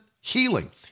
healing